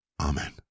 Amen